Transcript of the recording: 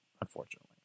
unfortunately